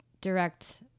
direct